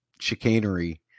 chicanery